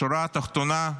בשורה התחתונה,